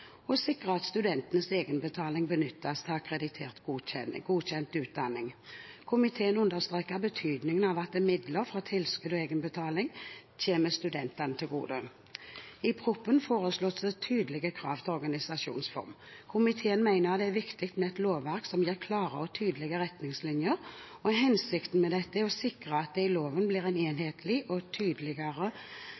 sikre at studentenes egenbetaling benyttes til akkreditert og godkjent utdanning. Komiteen understreker betydningen av at midler fra tilskudd og egenbetaling kommer studentene til gode. I proposisjonen foreslås det tydelige krav til organisasjonsform. Komiteen mener det er viktig med et lovverk som gir klare og tydelige retningslinjer. Hensikten med dette er å sikre at det i loven blir en